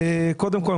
קודם כל,